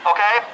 Okay